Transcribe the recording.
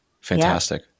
fantastic